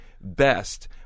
best